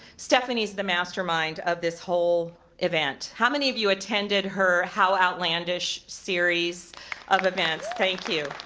stephenee is the mastermind of this whole event. how many of you attended her how outlandish series of events? thank you.